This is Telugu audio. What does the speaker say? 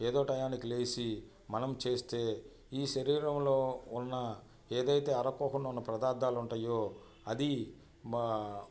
ఏదో టయానికి లేసి మనం చేస్తే ఈ శరీరంలో ఉన్న ఏదైతే అరగకోకుండా ఉన్న ఆహార పదార్ధాలుంటయ్యో అది